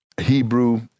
Hebrew